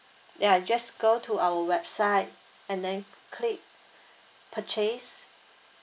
ya just go to our website and then click purchase